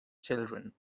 children